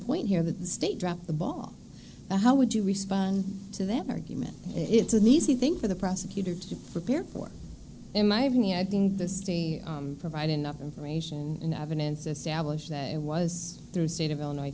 point here that the state dropped the ball but how would you respond to that argument it's an easy thing for the prosecutor to prepare for in my opinion i think the state provide enough information and evidence establish that it was their state of illinois